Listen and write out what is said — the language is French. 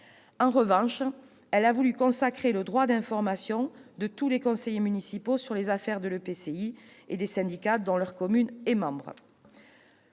En revanche, elle a voulu consacrer le droit d'information de tous les conseillers municipaux sur les affaires de l'EPCI et des syndicats dont leur commune est membre.